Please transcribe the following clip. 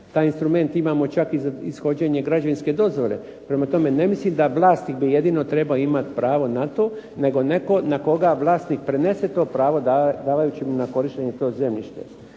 Taj instrument čak imamo i za ishođenje građevinske dozvole. Prema tome, ne mislim da bi vlasnik jedino imao pravo na to, nego netko na koga vlasnik prenese to pravo davajući mu na korištenje to zemljište.